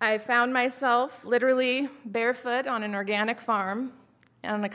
i found myself literally barefoot on an organic farm